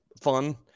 fun